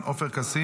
עופר כסיף,